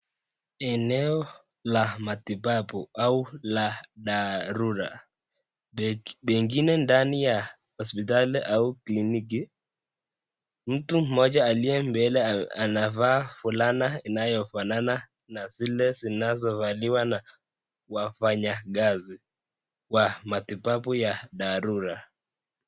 Eneo la matibabu au la dharura pengine ndani ya hospitali au kliniki. Mtu mmoja aliye mbele anavaa fulana inayofanana na zile zinazovaliwa na wafanyakazi wa matibabu ya dharura.